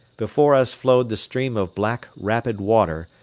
before us flowed the stream of black, rapid water,